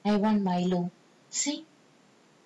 I want milo see